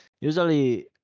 usually